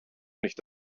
nicht